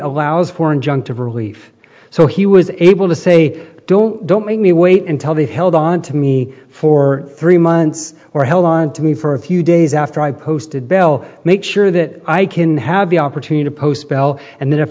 allows for injunctive relief so he was able to say don't don't make me wait until they've held on to me for three months or held on to me for a few days after i posted bell make sure that i can have the opportunity to post bell and then if